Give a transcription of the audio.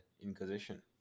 inquisition